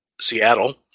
Seattle